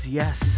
yes